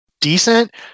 decent